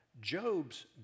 Job's